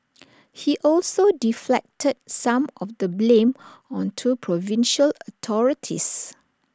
he also deflected some of the blame onto provincial authorities